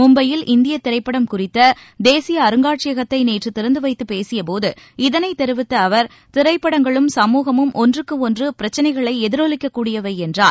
மும்பையில் இந்திய திரைப்படம் குறித்த தேசிய அருங்காட்சியகத்தை நேற்று திறந்து வைத்துப் பேசிய போது இதனைத் தெரிவித்த அவர் திரைப்படங்களும் சமூகமும் ஒன்றுக்கு ஒன்று பிரச்னைகளை எதிரொலிக்கக் கூடியவை என்றார்